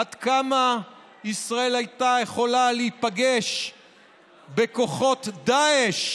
עד כמה ישראל הייתה יכולה להיפגש בכוחות דאעש